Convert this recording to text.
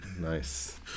Nice